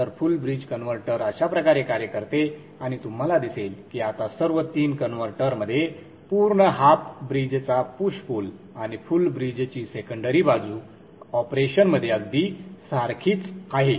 तर full bridge converter अशाप्रकारे कार्य करते आणि तुम्हाला दिसेल की आता सर्व तीन कन्व्हर्टरमध्ये पूर्ण हाफ ब्रिजचा पुश पुल आणि फुल ब्रिज ची सेकंडरी बाजू ऑपरेशनमध्ये अगदी सारखीच आहे